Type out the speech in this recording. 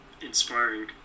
inspiring